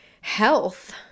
health